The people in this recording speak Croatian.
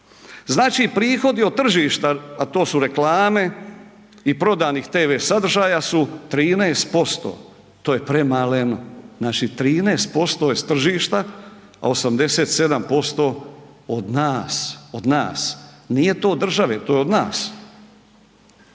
Znači prihodi od tržišta, a to su reklame i prodanih TV sadržaja su 13%, to je premaleno, znači 13% je s tržišta, a 87% od nas, od nas, nije to od države to je od nas.